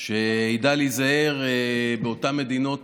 שידע להיזהר באותן מדינות